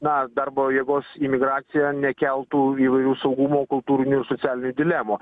na darbo jėgos imigracija nekeltų įvairių saugumo kultūrinių ir socialinių dilemų